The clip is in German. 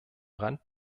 rand